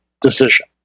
decision